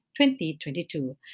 2022